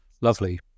Lovely